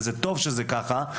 וזה טוב שזה ככה.